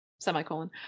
semicolon